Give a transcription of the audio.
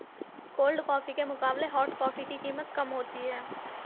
cold coffee के मुकाबले hot coffee की कीमत कम होती है